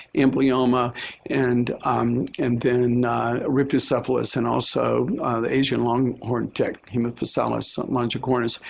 amblyomma and um and then rhipicephalus and also the asian longhorned tick, haemaphysalis longicornis.